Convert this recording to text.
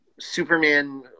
Superman